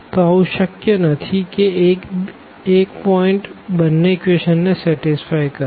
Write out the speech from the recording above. તો આવું શક્ય નથી કે એક પોઈન્ટ બંને ઇક્વેશનો ને સેટીસ્ફાય કરે